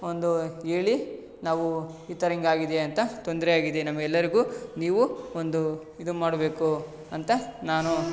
ಒಂದು ಹೇಳಿ ನಾವು ಈ ಥರ ಹಿಂಗ್ ಆಗಿದೆ ಅಂತ ತೊಂದರೆಯಾಗಿದೆ ನಮಗೆಲ್ಲರಿಗೂ ನೀವು ಒಂದು ಇದು ಮಾಡಬೇಕು ಅಂತ ನಾನು